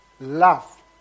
love